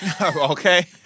Okay